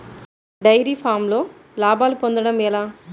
Dairy ఫామ్లో లాభాలు పొందడం ఎలా?